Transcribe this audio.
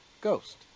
ghost